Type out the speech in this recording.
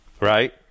right